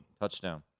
Touchdown